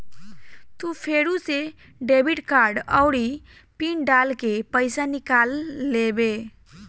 तू फेरू से डेबिट कार्ड आउरी पिन डाल के पइसा निकाल लेबे